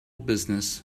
business